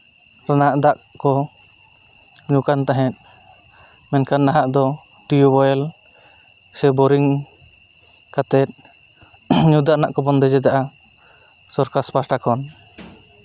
ᱨᱮᱱᱟᱜ ᱫᱟᱜ ᱠᱚ ᱧᱩᱠᱟᱱ ᱛᱟᱦᱮᱸᱜ ᱢᱮᱱᱠᱷᱟᱱ ᱱᱟᱦᱟᱜ ᱫᱚ ᱴᱤᱭᱩᱵᱽ ᱳᱭᱮᱞ ᱥᱮ ᱵᱳᱨᱤᱝ ᱠᱟᱛᱮ ᱧᱩ ᱫᱟᱜ ᱨᱮᱱᱟᱜ ᱠᱚ ᱵᱚᱱᱫᱮᱡ ᱮᱫᱟ ᱥᱚᱨᱠᱟᱨ ᱯᱟᱥᱴᱟ ᱠᱷᱚᱱ